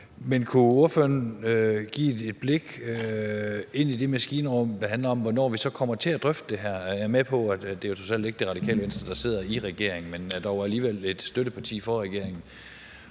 Men kan ordføreren give et blik ind i maskinrummet, når det handler om, hvornår vi så kommer til at drøfte her? Jeg er med på, at det trods alt ikke er Det Radikale Venstre, der sidder i regeringen, men det er dog et støtteparti for regeringen.